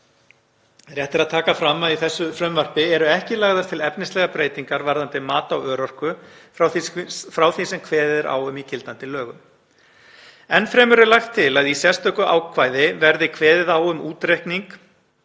Rétt er að taka fram að í þessu frumvarpi eru ekki lagðar til efnislegar breytingar varðandi mat á örorku frá því sem kveðið er á um í gildandi lögum. Ennfremur er lagt til að í sérstöku ákvæði verði kveðið á um útreikning